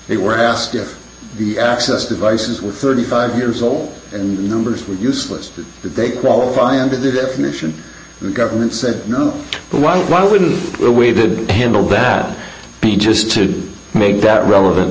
they were asked if the access devices were thirty five years old and numbers were useless that they qualify under their definition the government said no but why why wouldn't the way that handle that be just to make that relevant